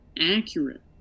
accurate